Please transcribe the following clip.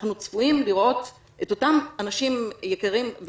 אנחנו צפויים לראות את אותם אנשים יקרים,